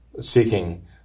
seeking